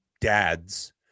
dads